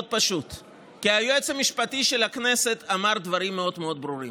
פשוט כי היועץ המשפטי של הכנסת אמר דברים מאוד מאוד ברורים.